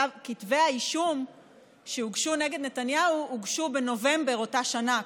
כתבי האישום שהוגשו נגד נתניהו הוגשו בנובמבר באותה שנה,